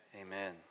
Amen